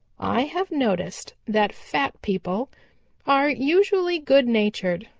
i have noticed that fat people are usually good-natured,